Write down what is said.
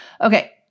Okay